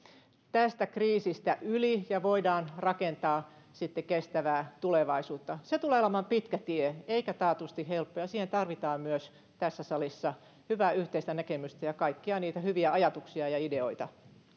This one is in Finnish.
tästä kriisistä yli ja voidaan rakentaa sitten kestävää tulevaisuutta se tulee olemaan pitkä tie eikä taatusti helppo ja siihen tarvitaan myös tässä salissa hyvää yhteistä näkemystä ja kaikkia niitä hyviä ajatuksia ja ideoita